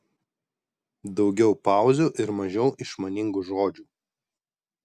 daugiau pauzių ir mažiau išmaningų žodžių